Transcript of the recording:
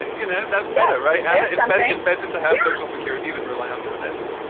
you know that's better, right? yeah yeah it's um better it's better to have social security than your land dividends.